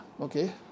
okay